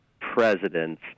presidents